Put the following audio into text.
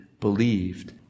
believed